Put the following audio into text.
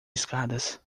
escadas